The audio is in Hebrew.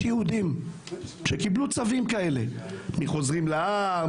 יש יהודים שקיבלו צווים כאלה מחוזרים להר,